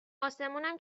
اسمونم